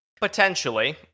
Potentially